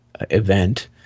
event